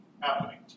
happening